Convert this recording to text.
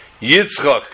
Yitzchak